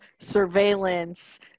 surveillance